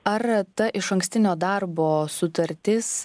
ar ta išankstinio darbo sutartis